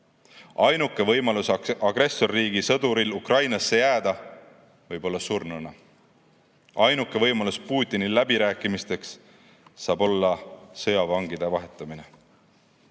Ainuke võimalus agressorriigi sõduril Ukrainasse jääda võib olla surnuna. Ainuke võimalus Putinil läbirääkimisteks saab olla sõjavangide vahetamine.